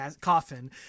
coffin